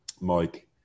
Mike